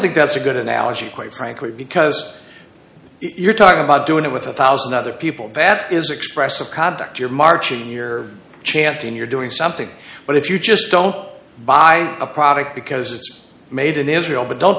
think that's a good analogy quite frankly because you're talking about doing it with a one thousand other people that is expressive conduct you're marching here chanting you're doing something but if you just don't buy a product because it's made in israel but don't